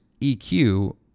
EQ